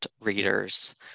readers